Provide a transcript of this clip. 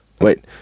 Wait